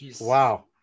Wow